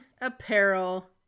apparel